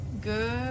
Good